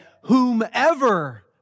whomever